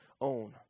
own